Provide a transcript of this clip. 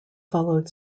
followed